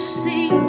see